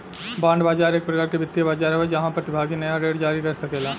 bond बाजार एक प्रकार के वित्तीय बाजार हवे जाहवा प्रतिभागी नाया ऋण जारी कर सकेला